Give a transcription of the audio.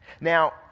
Now